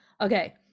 okay